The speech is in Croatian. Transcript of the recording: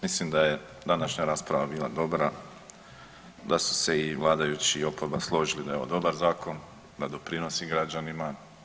Mislim da je današnja rasprava bila dobra, da su se i vladajući i oporba složili da je ovo dobar zakon, da doprinosi građanima.